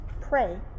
pray